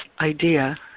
idea